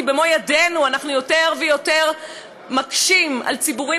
כי במו-ידינו אנחנו יותר ויותר מקשים על ציבורים